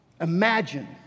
Imagine